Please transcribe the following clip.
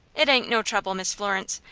it ain't no trouble, miss florence.